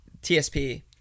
TSP